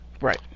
right